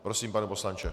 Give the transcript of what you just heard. Prosím, pane poslanče.